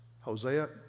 Hosea